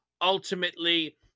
Ultimately